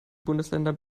bundesländer